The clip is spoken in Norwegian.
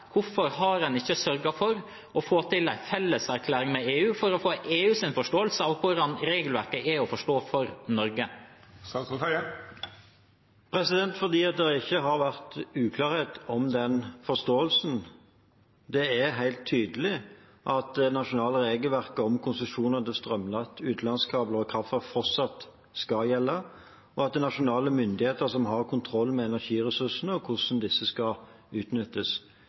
hvorfor har en ikke sørget for å få til en felles erklæring med EU for å få EUs forståelse av hvordan regelverket er å forstå for Norge? Dette er fordi det ikke har vært uklarhet om den forståelsen. Det er helt tydelig at det nasjonale regelverket om konsesjoner til strømnett, utenlandskabler og kraftverk fortsatt skal gjelde, og at det er nasjonale myndigheter som har kontroll med energiressursene og hvordan de skal utnyttes.